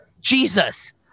Jesus